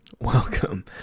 welcome